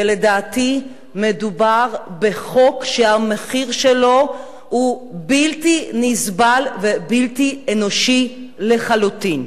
ולדעתי מדובר בחוק שהמחיר שלו הוא בלתי נסבל ובלתי אנושי לחלוטין.